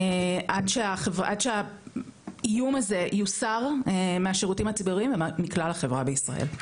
עד שהאיום הזה יוסר מהשירותים הציבוריים ומכלל החברה בישראל.